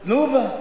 "תנובה".